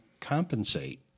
compensate